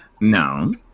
no